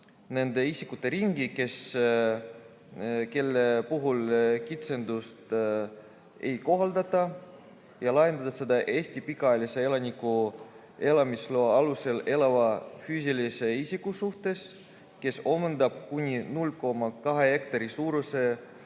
nende isikute ringi, kelle puhul kitsendust ei kohaldata, ja laiendada seda Eesti pikaajalise elaniku elamisloa alusel elava füüsilise isiku suhtes, kes omandab kuni 0,2 hektari suuruse